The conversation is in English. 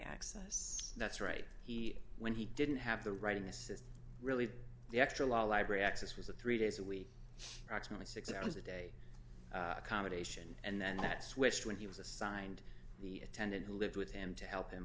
access that's right he when he didn't have the writing this is really the extra law library access was a three days a week proximately six hours a day accommodation and then that switched when he was assigned the attendant who lived with him to help